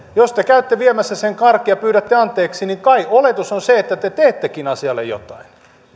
jos te käytte viemässä sen karkin ja pyydätte anteeksi niin kai oletus on se että te te teettekin asialle jotain